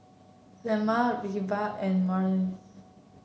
Lemma Vira and Marolyn